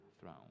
throne